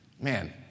Man